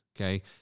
Okay